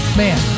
man